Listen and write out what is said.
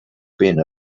been